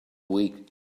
week